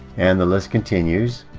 and the list continues